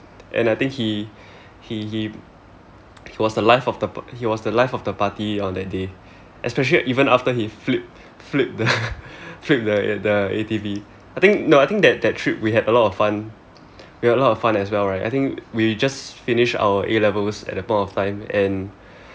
and I think he he he was the life he was the life of the party on that day especially even after he flipped flipped the flipped the A_T_V I think no I think that trip we had a lot of fun we had a lot fun as well right we just finished our A levels at that point of time and